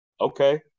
okay